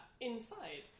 inside